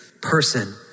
person